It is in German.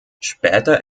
später